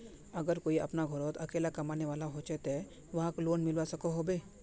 अगर कोई अपना घोरोत अकेला कमाने वाला होचे ते वाहक लोन मिलवा सकोहो होबे?